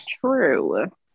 true